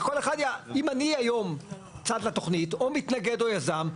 הוא שאם אני היום מתנגד לתוכנית או יזם,